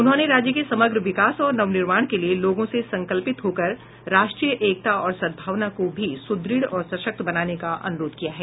इन्होंने राज्य के समग्र विकास और नवनिर्माण के लिए लोगों से संकल्पित होकर राष्ट्रीय एकता और सद्भावना को भी सुद्रढ़ और सशक्त बनाने का अनुरोध किया है